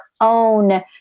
own